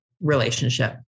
relationship